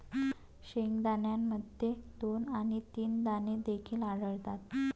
शेंगदाण्यामध्ये दोन आणि तीन दाणे देखील आढळतात